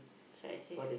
that's why I say